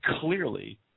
clearly